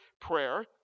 prayer